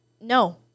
no